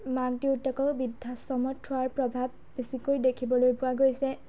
মাক দেউতাকক বৃদ্ধাশ্ৰমত থোৱাৰ প্ৰভাৱ বেছিকৈ দেখিবলৈ পোৱা গৈছে